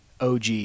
OG